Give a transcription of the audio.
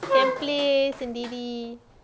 can play sendiri